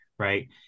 Right